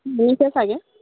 কৰিছে চাগে